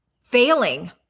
failing